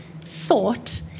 thought